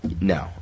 No